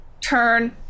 Turn